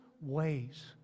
ways